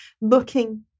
looking